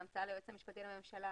זאת המצאה ליועץ המשפטי לממשלה